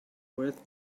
worth